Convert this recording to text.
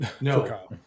No